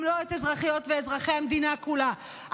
אם לא את אזרחיות ואזרחי המדינה כולה,